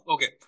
Okay